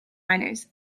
miners